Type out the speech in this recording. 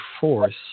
force